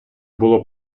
було